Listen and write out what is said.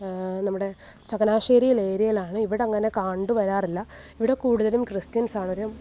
നമ്മുടെ ചങ്ങനാശ്ശേരിയിലെ ഏരിയയിലാണ് ഇവിടെ അങ്ങനെ കണ്ടു വരാറില്ല ഇവിടെ കൂടുതലും ക്രിസ്ത്യൻസാണ് ഒരു